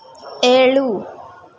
ಏಳು